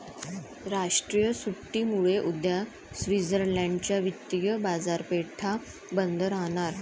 राष्ट्रीय सुट्टीमुळे उद्या स्वित्झर्लंड च्या वित्तीय बाजारपेठा बंद राहणार